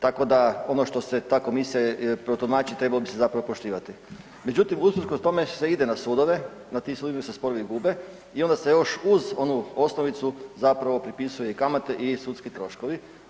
Tako da ono što se tako protumači, trebalo bi se zapravo poštivati međutim usprkos tome se ide na sudove, na tim sudovima se sporove gube i onda se još uz oni osnovicu zapravo pripisuje i kamate i sudski troškovi.